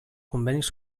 convenis